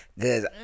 Cause